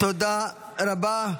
תודה רבה.